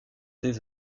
des